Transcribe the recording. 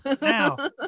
Now